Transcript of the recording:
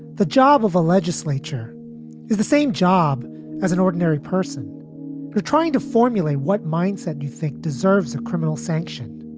the job of a legislature is the same job as an ordinary person here trying to formulate what mindset you think deserves a criminal sanction.